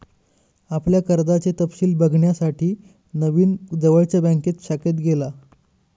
आपल्या कर्जाचे तपशिल बघण्यासाठी नवीन जवळच्या बँक शाखेत गेला